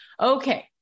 okay